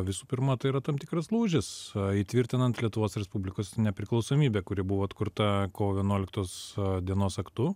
visų pirma tai yra tam tikras lūžis įtvirtinant lietuvos respublikos nepriklausomybę kuri buvo atkurta kovo vienuoliktos dienos aktu